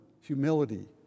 humility